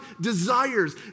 desires